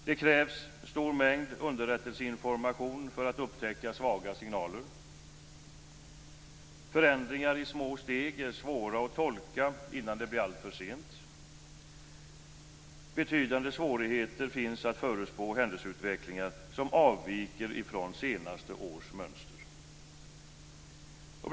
Det krävs en stor mängd underrättelseinformation för att upptäcka svaga signaler. Förändringar i små steg är svåra att tolka innan det blir alltför sent. Det finns betydande svårigheter att förutspå händelseutvecklingar som avviker ifrån senare års mönster.